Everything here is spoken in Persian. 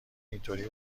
اینطوری